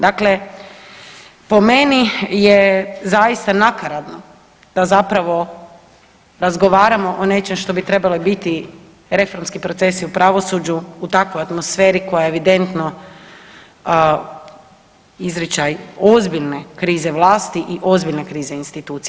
Dakle, po meni je zaista nakaradno da zaista razgovaramo o nečem što bi trebali biti reformski procesi u pravosuđu u takvoj atmosferi koja je evidentno izričaj ozbiljne krize vlasti i ozbiljne krize institucija.